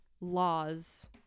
laws